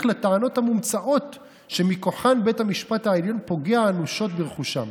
לטענות המומצאות שמכוחן בית המשפט העליון פוגע אנושות ברכושם.